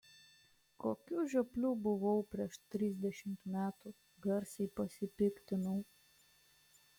kokiu žiopliu buvau prieš trisdešimt metų garsiai pasipiktinau